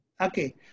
Okay